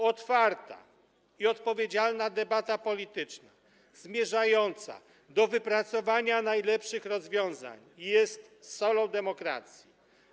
Otwarta i odpowiedzialna debata polityczna zmierzająca do wypracowania najlepszych rozwiązań jest solą demokracji.